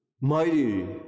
mighty